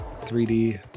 3D